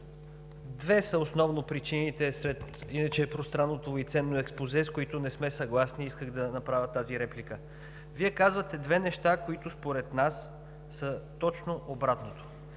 две са основно причините сред иначе пространното и ценно експозе, с които не сме съгласни, и исках да направя тази реплика. Вие казвате две неща, които според нас са точно обратното.